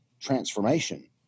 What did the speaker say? transformation